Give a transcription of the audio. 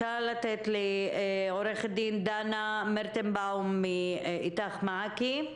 עו"ד דנה מירטנבאום מאיתך מעכי,